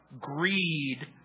Greed